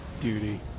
duty